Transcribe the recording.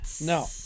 No